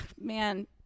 man